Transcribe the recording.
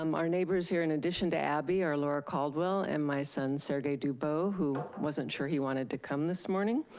um our neighbors here, in addition to abby, are laura caldwell and my son sergei dubeaux, who wasn't sure he wanted to come this morning.